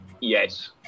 yes